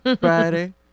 Friday